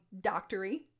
doctory